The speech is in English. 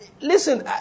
Listen